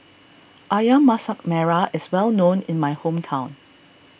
Ayam Masak Merah is well known in my hometown